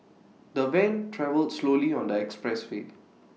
the van travelled slowly on the express way